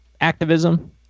activism